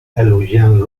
elogiant